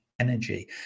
energy